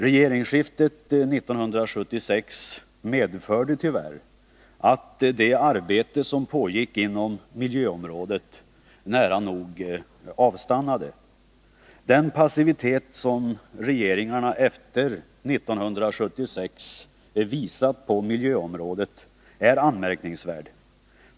Regeringsskiftet 1976 medförde tyvärr att det arbete som pågick inom miljöområdet nära nog avstannade. Den passivitet när det gäller miljöområdet som regeringarna efter 1976 visat är anmärkningsvärd.